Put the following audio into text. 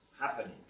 happening